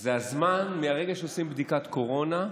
זה הזמן מהרגע שעושים בדיקת קורונה שהאדם,